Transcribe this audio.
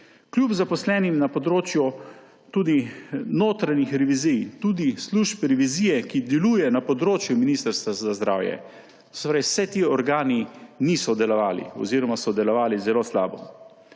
Kljub zaposlenim na področju tudi notranjih revizij, tudi služb revizije, ki deluje na področju Ministrstva za zdravje, se pravi, vsi ti organi niso delovali oziroma so delovali zelo slabo.